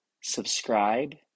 subscribe